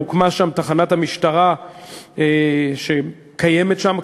והוקמה שם תחנת המשטרה שקיימת שם,